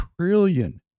trillion